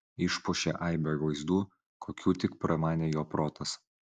išpuošė aibe vaizdų kokių tik pramanė jo protas